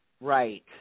Right